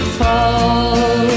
fall